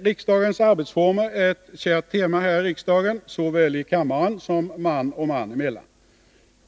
Riksdagens arbetsformer är ett kärt tema här i riksdagen, såväl i kammaren som man och man emellan.